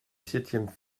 septième